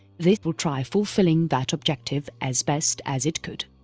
this will try fulfilling that objective as best as it could.